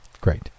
Great